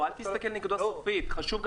חשוב גם